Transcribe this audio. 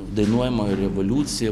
dainuojamoji revoliucija